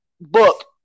book